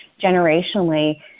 generationally